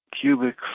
cubic